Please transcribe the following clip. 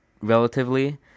relatively